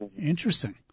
Interesting